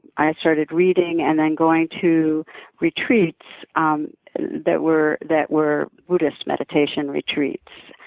i started reading and then going to retreats um that were that were buddhist meditation retreats.